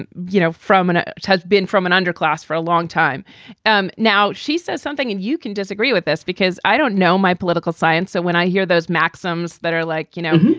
and you know, from and ah has been from an underclass for a long time and now. she says something and you can disagree with this because i don't know my political science. so when i hear those maxims that are like, you know,